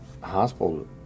hospital